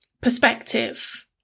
perspective